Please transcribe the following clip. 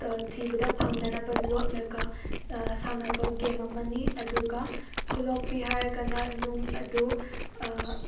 ꯊꯤꯕꯗ ꯐꯪꯗꯅꯕ ꯂꯣꯠꯂꯒ ꯁꯥꯟꯅꯕ ꯒꯦꯝ ꯑꯃꯅꯤ ꯑꯗꯨꯒ ꯈꯨꯠꯂꯣꯛꯄꯤ ꯍꯥꯏꯔꯒꯅ ꯅꯨꯡ ꯑꯗꯨ